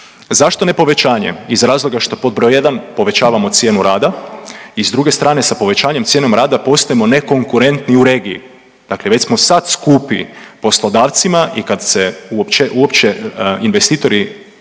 Zašto ne povećanje? Iz razloga što pod broj 1) povećavamo cijenu rada i s druge strane sa povećanjem cijene rada postajemo nekonkurentni u regiji. Dakle, već smo sad skupi poslodavcima i kada se uopće investitori